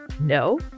no